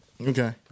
Okay